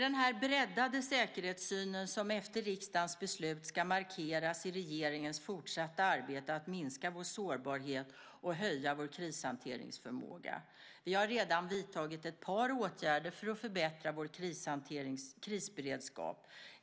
Den breddade säkerhetssynen ska efter riksdagens beslut markeras i regeringens fortsatta arbete med att minska vår sårbarhet och höja vår krishanteringsförmåga. Vi har redan vidtagit ett par åtgärder för att förbättra vår krisberedskap.